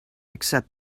accept